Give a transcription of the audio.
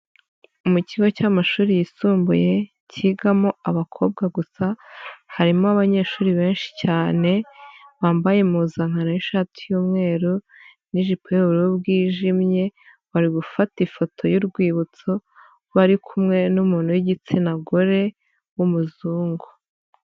Mu kigo cy'amashuri yisumbuye kigamo abakobwa gusa harimo abanyeshuri benshi cyane bambaye impuzankano y'ishati y'umweru n'ijipo y'ubururu bwijimye bari gufata ifoto y'urwibutso aho bari kumwe n'umuntu w'igitsina gore w'umuzungu.